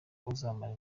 uzamara